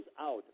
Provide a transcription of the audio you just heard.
out